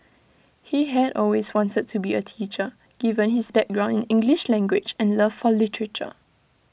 he had always wanted to be A teacher given his background in English language and love for literature